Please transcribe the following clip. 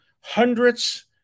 hundreds